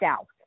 South